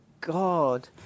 God